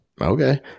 Okay